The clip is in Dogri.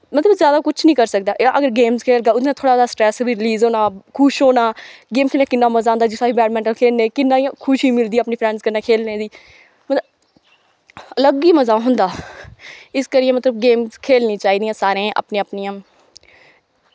मगर जादा कुस नी करी सकदा अगर गेमस खेलगा ओह्दे नै ओह्दा स्टरैस्स बी रलीज़ होना खुश होना गेम खेलने गा किन्ना मज़ा आंदा जिसलै अब बैड़मिटन खेलने किन्ना इयां खुशी मिलदी अपने फ्रैंडस कन्नै खेलने दी अलग ई मज़ा होंदा इस करियै मतलव गेमस खेलनी चाही दियां अपनी अपनी सारें गी